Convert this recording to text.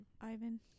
Ivan